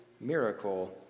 miracle